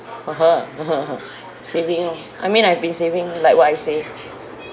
(uh huh) saving lor I mean I've been saving like what I say